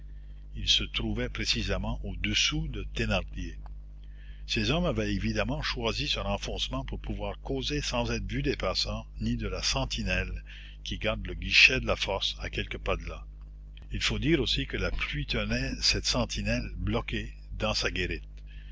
ils se trouvaient précisément au-dessous de thénardier ces hommes avaient évidemment choisi ce renfoncement pour pouvoir causer sans être vus des passants ni de la sentinelle qui garde le guichet de la force à quelques pas de là il faut dire aussi que la pluie tenait cette sentinelle bloquée dans sa guérite